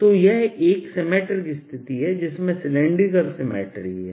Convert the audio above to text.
तो यह एक सिमेट्रिक स्थिति है जिसमें सिलैंडरिकल सिमेट्री है